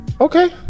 Okay